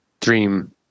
dream